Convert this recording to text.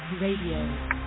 Radio